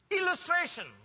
illustration